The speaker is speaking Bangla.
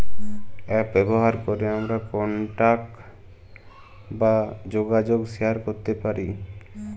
এপ ব্যাভার ক্যরে আমরা কলটাক বা জ্যগাজগ শেয়ার ক্যরতে পারি